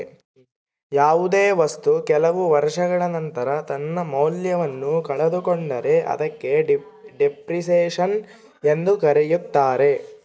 ಯಾವುದೇ ವಸ್ತು ಕೆಲವು ವರ್ಷಗಳ ನಂತರ ತನ್ನ ಮೌಲ್ಯವನ್ನು ಕಳೆದುಕೊಂಡರೆ ಅದಕ್ಕೆ ಡೆಪ್ರಿಸಸೇಷನ್ ಎಂದು ಕರೆಯುತ್ತಾರೆ